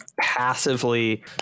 passively